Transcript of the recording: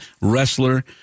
wrestler